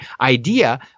idea